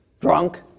drunk